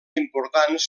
importants